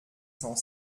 sans